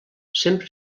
sempre